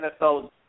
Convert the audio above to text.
NFL